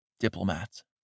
Diplomats